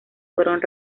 fueron